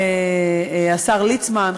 השר ליצמן,